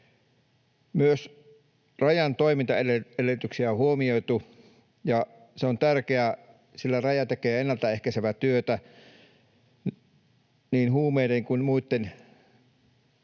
Myös Rajan toimintaedellytyksiä on huomioitu, ja se on tärkeää, sillä Raja tekee ennaltaehkäisevää työtä niin huumeiden kuin muitten